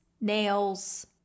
nails